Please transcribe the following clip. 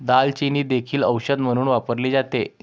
दालचिनी देखील औषध म्हणून वापरली जाते